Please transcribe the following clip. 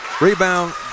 Rebound